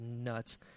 nuts